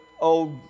old